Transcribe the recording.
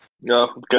no